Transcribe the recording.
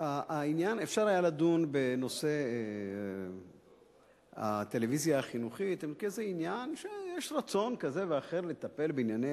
אפשר היה לדון בנושא הטלוויזיה החינוכית כעניין שיש רצון לטפל בו,